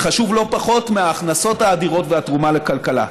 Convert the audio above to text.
זה חשוב לא פחות מההכנסות האדירות והתרומה לכלכלה.